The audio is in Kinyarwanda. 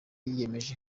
yiyemeje